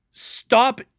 stop